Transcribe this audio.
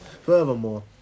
Furthermore